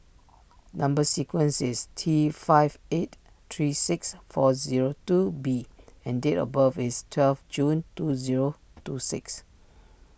Number Sequence is T five eight three six four zero two B and date of birth is twelve June two zero two six